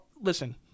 Listen